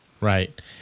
Right